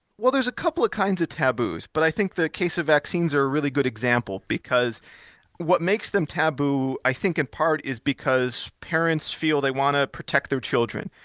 there's a couple of kinds of taboos, but i think the case of vaccines are really good example because what makes them taboo i think in part is because parents feel they want to protect their children,